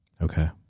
Okay